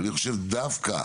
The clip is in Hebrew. אני חושב שדווקא